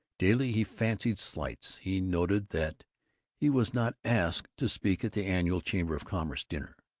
daily he fancied slights. he noted that he was not asked to speak at the annual chamber of commerce dinner.